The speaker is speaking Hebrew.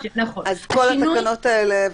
אז כל התקנות האלה,